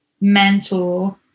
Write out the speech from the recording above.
mentor